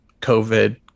COVID